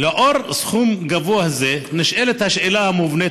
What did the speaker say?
לאור סכום גבוה זה נשאלת השאלה המובנת,